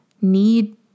need